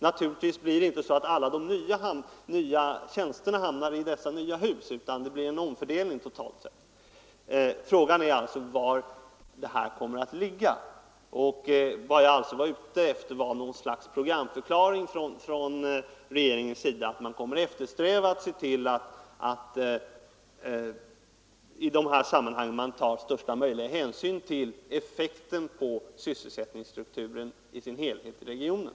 Naturligtvis kommer inte alla de nya tjänsterna att hamna i dessa nya hus, utan det blir en omfördelning totalt sett. Frågan är alltså var de nya arbetsplatserna kommer att ligga, och vad jag var ute efter var något slags programförklaring från regeringen om att man i de här sammanhangen kommer att eftersträva att ta största möjliga hänsyn till effekten på sysselsättningsstrukturen i sin helhet i regionen.